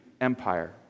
Empire